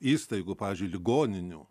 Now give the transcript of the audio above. įstaigų pavyzdžiui ligoninių